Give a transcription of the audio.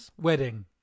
Wedding